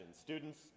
Students